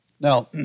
Now